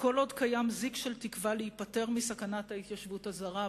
כל עוד קיים זיק של תקווה להיפטר מסכנת ההתיישבות הזרה".